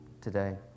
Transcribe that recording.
today